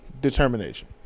determination